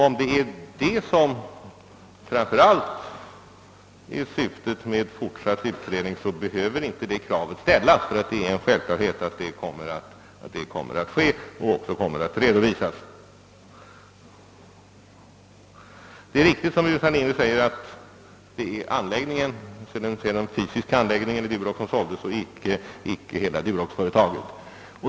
Om det är detta som framför allt åsyftas när det talas om fortsatt utredning behöver kravet inte ställas, eftersom det är självklart att en fullständigare redovisning kommer att lämnas. Herr Burenstam Linder har rätt när han säger att det är själva anläggningen som såldes och inte hela företaget.